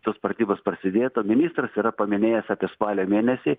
tos pratybos prasidėtų ministras yra paminėjęs apie spalio mėnesį